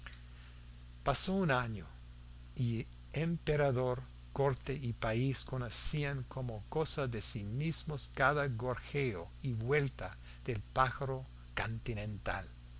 pasó un año y emperador corte y país conocían como cosa de sí mismos cada gorjeo y vuelta del pájaro